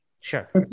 Sure